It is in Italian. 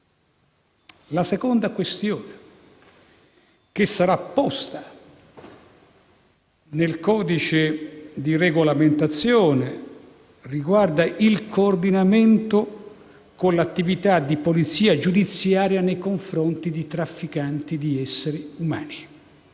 La seconda questione che sarà posta nel codice di regolamentazione riguarda il coordinamento con l'attività di polizia giudiziaria nei confronti dei trafficanti di esseri umani.